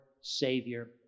Savior